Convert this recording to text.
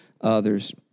others